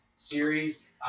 series